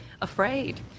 afraid